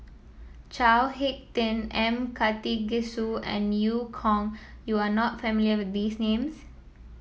Chao HicK Tin M Karthigesu and Eu Kong you are not familiar with these names